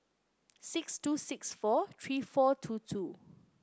six two six four three four two two